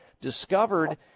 discovered